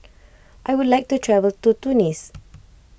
I would like to travel to Tunis